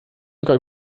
sogar